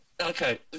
Okay